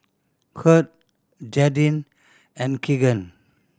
Kurt Jadyn and Keagan